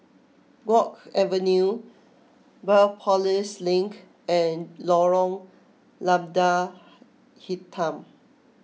Guok Avenue Biopolis Link and Lorong Lada Hitam